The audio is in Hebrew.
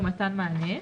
ומתן מענה,